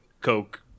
Coke